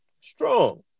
Strong